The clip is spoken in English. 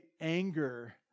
anger